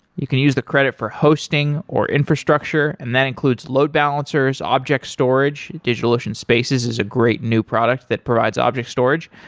you can use the credit for hosting, or infrastructure, and that includes load balancers, object storage. digitalocean spaces is a great new product that provides object storage,